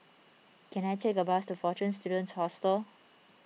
can I take a bus to fortune Students Hostel